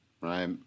Right